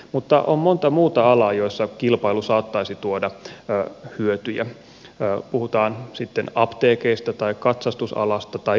mutta on monta muuta alaa jossa kilpailu saattaisi tuoda hyötyjä puhutaan sitten apteekeista tai katsastusalasta tai nuohoojista